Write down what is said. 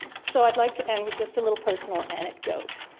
so i'd like to end with just a little personal anecdote.